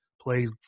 plays